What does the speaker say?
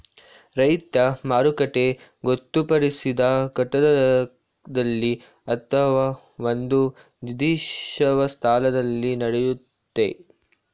ರೈತ ಮಾರುಕಟ್ಟೆ ಗೊತ್ತುಪಡಿಸಿದ ಕಟ್ಟಡದಲ್ಲಿ ಅತ್ವ ಒಂದು ನಿರ್ದಿಷ್ಟ ಸ್ಥಳದಲ್ಲಿ ನಡೆಯುತ್ತೆ